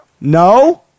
No